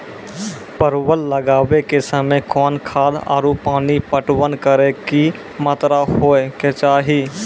परवल लगाबै के समय कौन खाद आरु पानी पटवन करै के कि मात्रा होय केचाही?